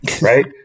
right